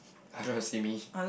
I don't have